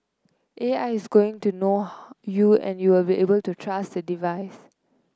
A I is going to know how you and you will be able to trust the device